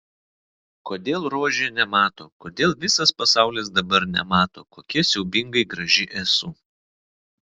kodėl rožė nemato kodėl visas pasaulis dabar nemato kokia siaubingai graži esu